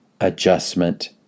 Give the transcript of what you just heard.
Adjustment